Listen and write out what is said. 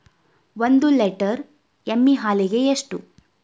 ಒಂದು ಲೇಟರ್ ಎಮ್ಮಿ ಹಾಲಿಗೆ ಎಷ್ಟು?